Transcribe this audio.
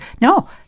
No